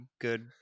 good